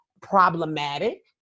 problematic